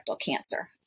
cancer